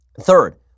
Third